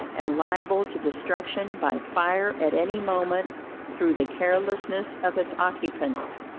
and liable to destruction by fire at any moment through the carelessness of its occupants.